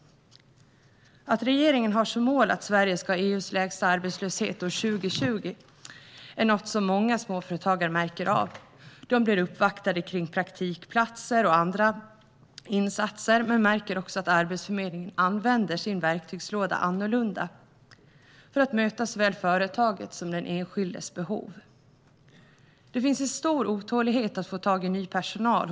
Att regeringen har som mål att Sverige ska ha EU:s lägsta arbetslöshet år 2020 är något många småföretagare märker av. De blir uppvaktade om praktikplatser och andra insatser men märker också att Arbetsförmedlingen använder sin verktygslåda annorlunda för att möta såväl företagets som den enskildes behov. Hos många småföretag finns en stor otålighet i att få tag i ny personal.